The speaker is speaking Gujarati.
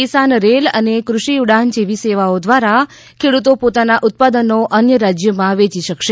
કિસાન રેલ અને કૃષિ ઉડાન જેવી સેવાઓ દ્વારા ખેડૂતો પોતાના ઉત્પાદનો અન્ય રાજ્યોમાં વેચી શકાશે